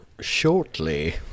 shortly